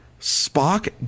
Spock